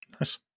Nice